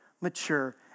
mature